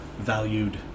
valued